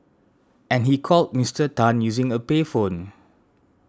and he called Mister Tan using a payphone